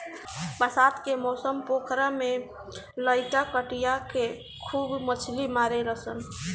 बरसात के मौसम पोखरा में लईका कटिया से खूब मछली मारेलसन